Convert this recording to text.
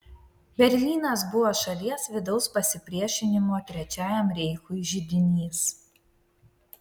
berlynas buvo šalies vidaus pasipriešinimo trečiajam reichui židinys